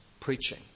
preaching